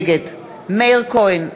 נגד מאיר כהן,